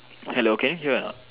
hello can you hear anot